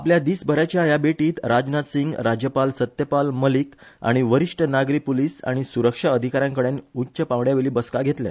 आपल्या दिसभराच्या ह्या भेटींत राजनाथ सिंग राज्यपाल सत्यपाल मलीक आनी वरिष्ट नागरी पुलीस आनी सुरक्षा अधिका यांकडेन उच्च पांवड्याची बसका घेतले